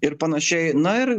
ir panašiai na ir